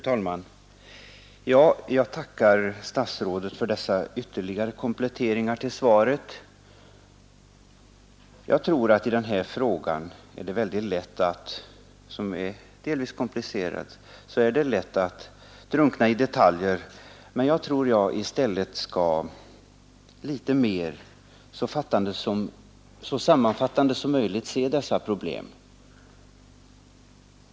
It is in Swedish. Fru talman! Jag tackar statsrådet för dessa ytterligare kompletteringar till svaret. Jag tror att i den här frågan, som delvis är komplicerad, är det lätt att fastna i detaljer, och jag skall därför i stället litet mer sammanfattande säga några ord om dessa problem.